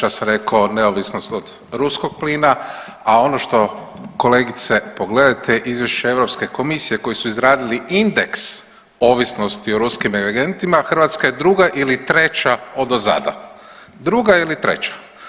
Ja sam rekao neovisnost od ruskog plina, a ono što, kolegice pogledajte izvješće Europske komisije koji su izradili indeks ovisnosti o ruskim energentima Hrvatska je druga ili treća odozada, druga ili treća.